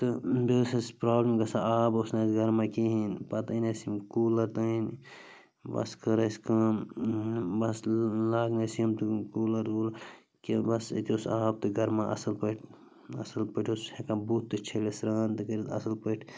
تہٕ بیٚیہِ ٲسۍ اَسہِ پرٛابلِم گژھان آب اوس نہٕ اَسہِ گرمان کِہیٖنۍ پَتہٕ أنۍ اَسہِ یِم کوٗلَر تہٕ أنۍ بَس کٔر اَسہِ کٲم بَس لاگنٲے اَسہِ یِم تِم کوٗلَر ووٗلَر کہِ بَس أتی اوس آب تہٕ گرمان اَصٕل پٲٹھۍ اَصٕل پٲٹھۍ اوس ہٮ۪کان بُتھ تہِ چھٔلِتھ سرٛان تہِ کٔرِتھ اَصٕل پٲٹھۍ